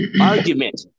argument